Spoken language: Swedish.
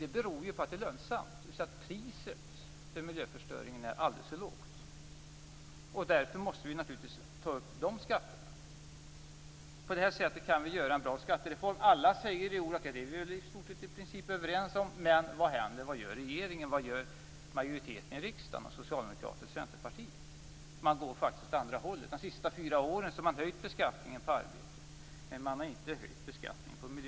Det beror på att det är lönsamt, dvs. på att priset för miljöförstöring är alldeles för lågt. Därför måste vi naturligtvis höja de skatterna. Alla säger i år att de i princip är överens om det. Men vad händer? Vad gör regeringen? Vad gör majoriteten i riksdagen? Vad gör Socialdemokraterna och Centerpartiet? Man går faktiskt åt andra hållet.